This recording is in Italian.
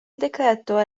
decreto